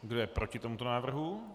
Kdo je proti tomuto návrhu?